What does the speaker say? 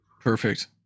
Perfect